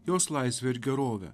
jos laisvę ir gerovę